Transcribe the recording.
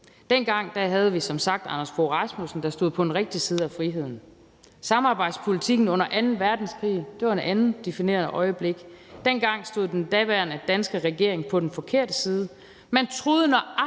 Dengang havde vi som sagt Anders Fogh Rasmussen, der stod på den rigtige side af friheden. Samarbejdspolitikken under anden verdenskrig var et andet definerende øjeblik. Dengang stod den daværende danske regering på den forkerte side.